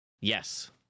Yes